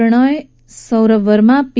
Prannoy Saurabh Verma P